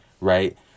right